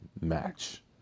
match